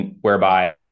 whereby